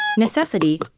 necessity,